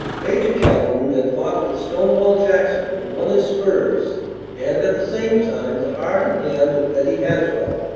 major calhoun had fought with stonewall jackson and won his spurs and at the same time the heart and hand of betty haswell,